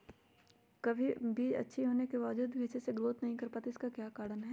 कभी बीज अच्छी होने के बावजूद भी अच्छे से नहीं ग्रोथ कर पाती इसका क्या कारण है?